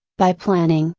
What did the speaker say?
by planning,